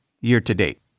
year-to-date